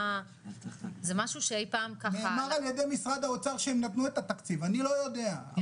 כמו ששאול ציין בשנת 2018, התחייב מנכ"ל